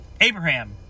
Abraham